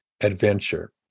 adventure